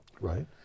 Right